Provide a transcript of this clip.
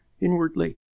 inwardly